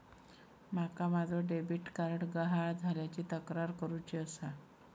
माका माझो debit card गहाळ झाल्याची तक्रार करुची आसा